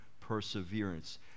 perseverance